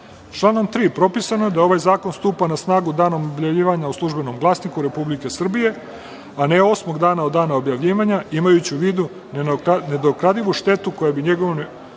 3. propisano je da ovaj zakon stupa na snagu danom objavljivanja u „Službenom glasniku“ Republike Srbije, a ne osmog dana od dana objavljivanja, imajući u vidu nenadoknadivu štetu koja bi njegovim nestupanjem